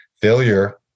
Failure